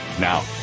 Now